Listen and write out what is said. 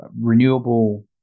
renewable